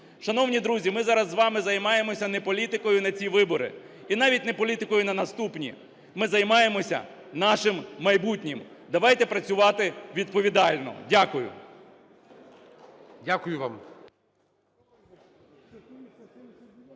Шановні друзі, ми зараз з вами займаємося не політикою на ці вибори, і навіть не політикою на наступні, ми займаємося нашим майбутнім. Давайте працювати відповідально. Дякую. ГОЛОВУЮЧИЙ.